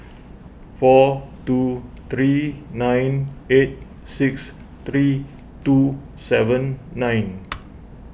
four two three nine eight six three two seven nine